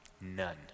None